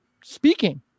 speaking